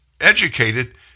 educated